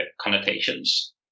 connotations